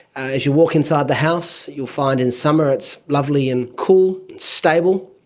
as you walk inside the house you'll find in summer it's lovely and cool, stable.